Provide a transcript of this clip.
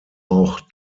auch